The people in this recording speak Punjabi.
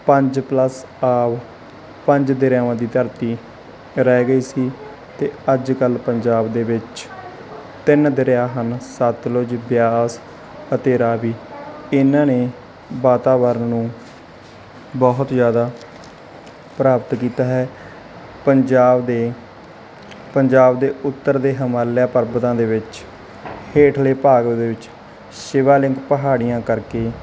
ਪੰਜ ਪਲੱਸ ਆਬ ਪੰਜ ਦਰਿਆ ਦੀ ਧਰਤੀ ਰਹਿ ਗਈ ਸੀ ਅਤੇ ਅੱਜ ਕੱਲ੍ਹ ਪੰਜਾਬ ਦੇ ਵਿੱਚ ਤਿੰਨ ਦਰਿਆ ਹਨ ਸਤਲੁਜ ਬਿਆਸ ਅਤੇ ਰਾਵੀ ਇਹਨਾਂ ਨੇ ਵਾਤਾਵਰਨ ਨੂੰ ਬਹੁਤ ਜ਼ਿਆਦਾ ਪ੍ਰਭਾਵਿਤ ਕੀਤਾ ਹੈ ਪੰਜਾਬ ਦੇ ਪੰਜਾਬ ਦੇ ਉੱਤਰ ਦੇ ਹਿਮਾਲਿਆ ਪਰਬਤਾਂ ਦੇ ਵਿੱਚ ਹੇਠਲੇ ਭਾਗ ਦੇ ਵਿੱਚ ਸ਼ਿਵਾਲਿੰਗ ਪਹਾੜੀਆਂ ਕਰਕੇ